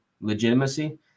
legitimacy